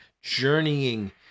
journeying